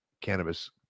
cannabis